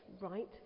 right